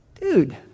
dude